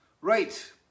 Right